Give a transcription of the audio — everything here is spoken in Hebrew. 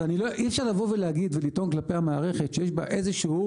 אבל אי אפשר לבוא ולהגיד ולטעון כלפי המערכת שיש בה איזשהו